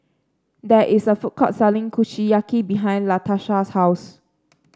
there is a food court selling Kushiyaki behind Latarsha's house